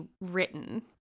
written